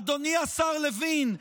אדוני השר לוין,